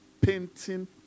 painting